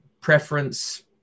preference